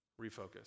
refocus